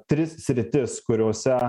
tris sritis kuriose